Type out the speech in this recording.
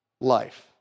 life